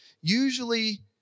usually